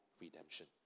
redemption